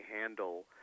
handle